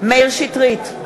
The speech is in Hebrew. מאיר שטרית,